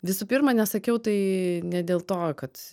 visų pirma nesakiau tai ne dėl to kad